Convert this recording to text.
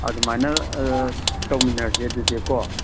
ꯑꯗꯨꯃꯥꯏꯅ ꯇꯧꯃꯤꯟꯅꯔꯁꯦ ꯑꯗꯨꯗꯤꯀꯣ